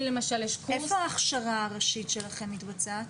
לי למשל יש איפה ההכשרה הראשית שלכם מתבצעת?